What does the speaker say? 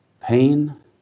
Pain